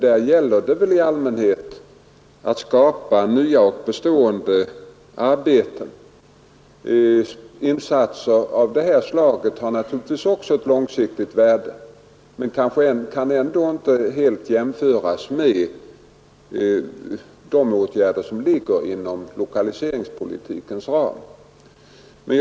Där gäller det i allmänhet att skapa nya och bestående arbeten. Insatser av det här slaget har naturligtvis också ett långsiktigt värde men kan ändå inte helt jämföras med de åtgärder som ligger inom lokaliseringspolitikens ram.